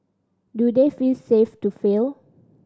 do they feel safe to fail